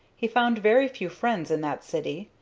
he found very few friends in that city,